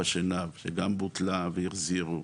כמו לחוף השנהב שגם בוטלה והחזירו,